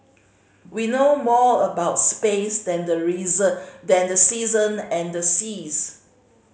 we know more about space than the reason than the season and the seas